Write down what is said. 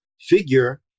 figure